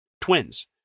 twins